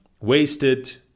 wasted